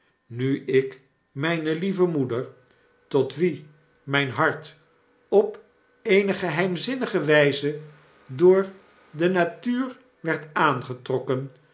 nu ik myne lieve moeder tot wie myn een patriarchaal denkbeeld hart op eene geheimzinnige wyze door de natuur werd aangetrokken